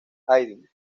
haydn